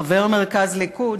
חבר מרכז הליכוד,